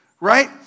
right